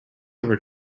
over